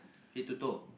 head to toe